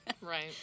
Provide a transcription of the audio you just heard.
Right